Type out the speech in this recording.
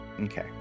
Okay